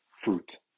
fruit